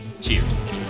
Cheers